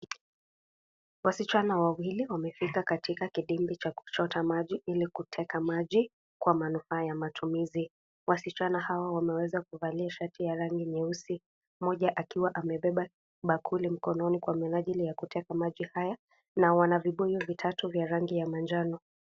Wasichana wawili wamefika katika kidimbiwi cha kuchota maji ili kuteka maji, kwa manufaa ya matumizi wasichana hawa wameweza kuvalia shati ya rangi nyeusi mmoja akiwa amebeba bakuli mkononi kwa minajili ya kuteka maji haya na wana vibuyu vitatu vya rangi ya manjano.